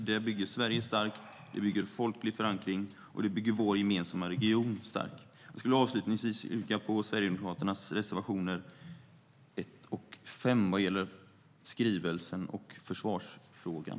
Det bygger Sverige starkt, det bygger folklig förankring och det bygger vår gemensamma region stark. Avslutningsvis yrkar jag bifall till Sverigedemokraternas reservationer 2 och 5 om skrivelsen och försvarsfrågan.